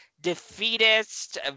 defeatist